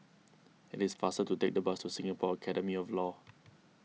it is faster to take the bus to Singapore Academy of Law